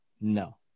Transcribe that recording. No